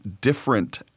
different